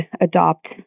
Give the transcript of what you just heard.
adopt